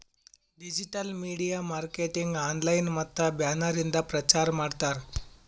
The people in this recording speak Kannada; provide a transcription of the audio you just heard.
ಡಿಜಿಟಲ್ ಮೀಡಿಯಾ ಮಾರ್ಕೆಟಿಂಗ್ ಆನ್ಲೈನ್ ಮತ್ತ ಬ್ಯಾನರ್ ಇಂದ ಪ್ರಚಾರ್ ಮಾಡ್ತಾರ್